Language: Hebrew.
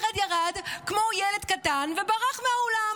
ירד כמו ילד קטן וברח מהאולם,